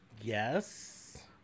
yes